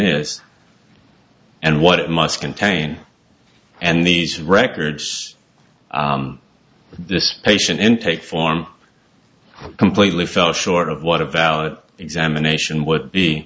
is and what it must contain and these records this patient intake form completely fell short of what a valid examination would be